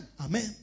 amen